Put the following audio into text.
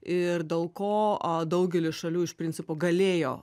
ir dėl ko daugelis šalių iš principo galėjo